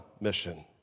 mission